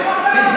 בצדק,